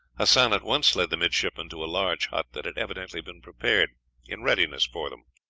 hassan at once led the midshipmen to a large hut that had evidently been prepared in readiness for them.